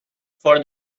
for